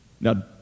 Now